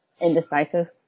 indecisive